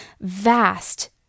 vast